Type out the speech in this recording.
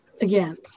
again